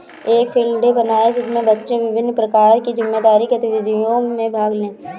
एक field day बनाएं जिसमें बच्चे विभिन्न प्रकार की मजेदार गतिविधियों में भाग लें